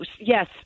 yes